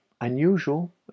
unusual